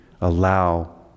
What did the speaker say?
allow